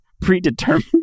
predetermined